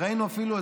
ראינו אפילו,